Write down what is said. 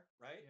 right